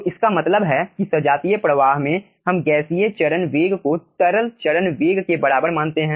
तो इसका मतलब है कि सजातीय प्रवाह में हम गैसीय चरण वेग को तरल चरण वेग के बराबर मानते हैं